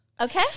Okay